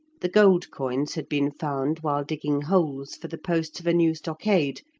the gold coins had been found while digging holes for the posts of a new stockade,